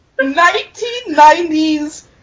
1990s